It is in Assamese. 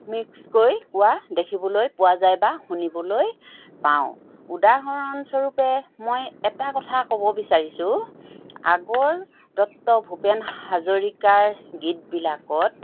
মিক্সকৈ কোৱা দেখিবলৈ পোৱা যায় বা শুনিবলৈ পাওঁ উদাহৰণস্বৰূপে মই এটা কথা ক'ব বিচাৰিছোঁ আগৰ ডক্তৰ ভূপেন হাজৰিকাৰ গীতবিলাকত